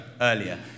earlier